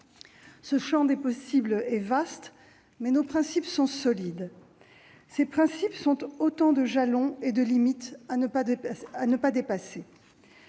Ce champ des possibles est vaste, mais nos principes sont solides. Ces principes sont autant de jalons et de limites à ne pas dépasser.